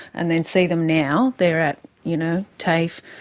and then see them now, they are at you know tafe,